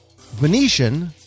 Venetian